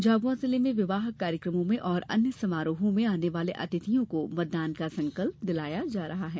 झाबुआ जिले में विवाह कार्यक्रमो में और अन्य समारोह में आने वाले अतिथियों को मतदान का संकल्प दिलाया जा रहा है